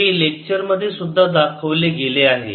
हे लेक्चर मध्ये सुद्धा दाखवले गेले आहे